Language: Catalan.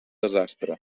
desastre